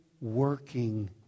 working